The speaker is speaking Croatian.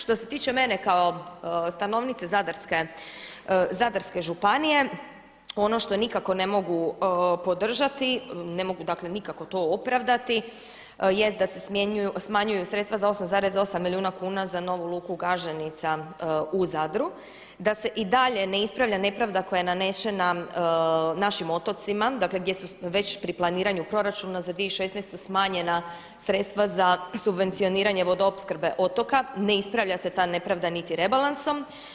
Što se tiče mene kao stanovnice Zadarske županije, ono što nikako ne mogu podržati, ne mogu dakle nikako to opravdati jest da se smanjuju sredstva za 8,8 milijuna kuna za novu luku Gaženica u Zadru, da se i dalje ne ispravlja nepravda koja je nanesena našim otocima, dakle gdje su već pri planiranju proračuna za 2016. smanjena sredstva za subvencioniranje vodoopskrbe otoka, ne ispravlja se ta nepravda niti rebalansom.